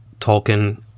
Tolkien